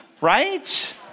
Right